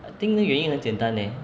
I think the 原因很简单 eh